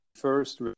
first